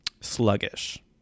sluggish